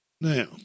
now